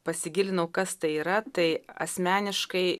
pasigilinau kas tai yra tai asmeniškai